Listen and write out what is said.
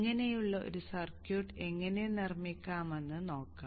ഇങ്ങനെയുള്ള ഒരു സർക്യൂട്ട് എങ്ങനെ നിർമ്മിക്കാമെന്ന് നോക്കാം